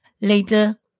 Later